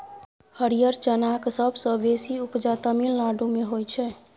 हरियर चनाक सबसँ बेसी उपजा तमिलनाडु मे होइ छै